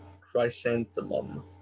chrysanthemum